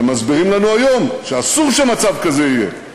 שמסבירים לנו היום שאסור שמצב כזה יהיה.